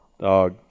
dog